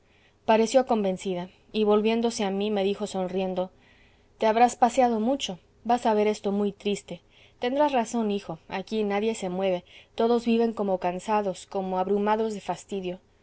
pareció convencida y volviéndose a mí me dijo sonriendo te habrás paseado mucho vas a ver esto muy triste tendrás razón hijo aquí nadie se mueve todos viven como cansados como abrumados de fastidio